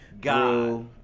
God